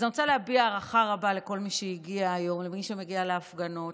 אני רוצה להביע הערכה רבה לכל מי שהגיע היום ולמי שמגיע להפגנות.